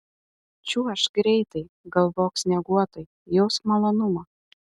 čiuožk greitai galvok snieguotai jausk malonumą